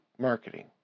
marketing